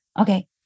Okay